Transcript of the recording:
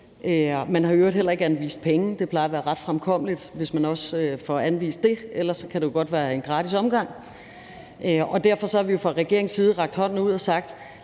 Man har i øvrigt heller ikke anvist penge. Det plejer at være ret fremkommeligt, hvis man også får anvist det, ellers kan det jo godt være en gratis omgang. Derfor har vi fra regeringens side rakt hånden ud og sagt: